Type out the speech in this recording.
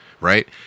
right